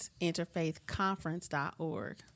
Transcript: interfaithconference.org